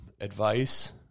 advice